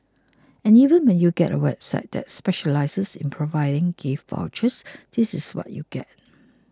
and even when you get a website that specialises in providing gift vouchers this is what you get